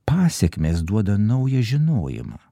pasekmės duoda naują žinojimą